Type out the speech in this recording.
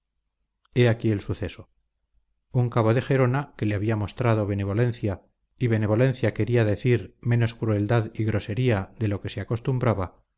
he aquí el suceso un cabo de gerona que le había mostrado benevolencia y benevolencia quería decir menos crueldad y grosería de lo que se acostumbraba